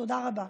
תודה רבה.